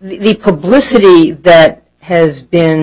the publicity that has been